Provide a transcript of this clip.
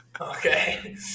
Okay